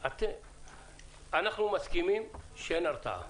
אנחנו מסכימים שאין הרתעה,